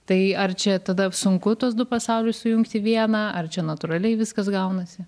tai ar čia tada sunku tuos du pasaulius sujungt į vieną ar čia natūraliai viskas gaunasi